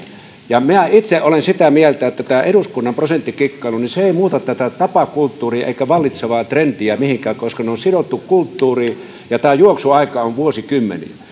minä itse olen sitä mieltä että tämä eduskunnan prosenttikikkailu ei muuta tätä tapakulttuuria eikä vallitsevaa trendiä mihinkään koska ne on sidottu kulttuuriin ja tämä juoksuaika on